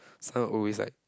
so I will always like